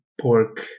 pork